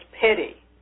pity